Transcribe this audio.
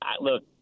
look